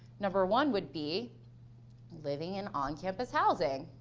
number one would be living in on-campus housing.